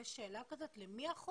יש שאלה כזאת, למי החוב?